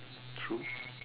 true